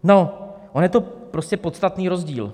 No, on je to prostě podstatný rozdíl.